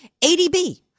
ADB